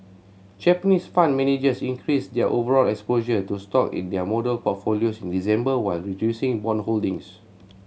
Japanese fund managers increased their overall exposure to stock in their model portfolios in December while reducing bond holdings